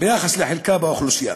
ביחס לחלקה באוכלוסייה.